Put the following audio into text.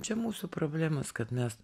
čia mūsų problemos kad mes